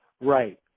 Right